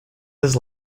his